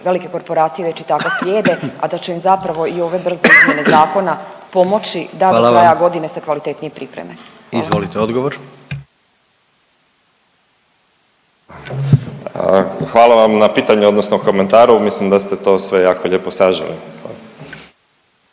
velike korporacije već i tako slijede, a da će im zapravo i ove brze izmjene zakona pomoći da do kraja godine se kvalitetnije pripreme. Hvala. **Jandroković, Gordan (HDZ)** Hvala. Izvolite odgovor. **Zoričić, Davor** Hvala vam na pitanju, odnosno komentaru. Mislim da ste to sve jako lijepo saželi.